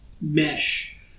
mesh